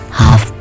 half